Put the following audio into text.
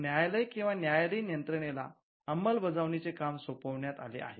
न्यायालय किंवा न्यायालयीन यंत्रणेला अंमलबजावणीचे काम सोपविण्यात आले आहे